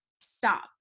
stop